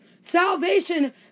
Salvation